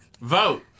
Vote